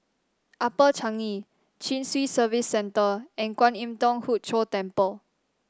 Upper Changi Chin Swee Service Centre and Kwan Im Thong Hood Cho Temple